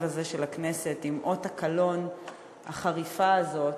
הזה של הכנסת עם אות הקלון החריף הזה,